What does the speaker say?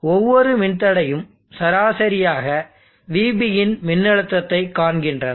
ஒவ்வொரு மின்தடையும் சராசரியாக VB இன் மின்னழுத்தத்தைக் காண்கின்றன